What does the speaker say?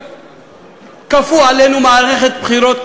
כפו עלינו מערכת בחירות,